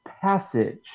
passage